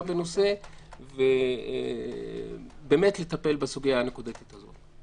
בנושא ובאמת לטפל בסוגייה הנקודתית הזאת.